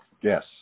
Yes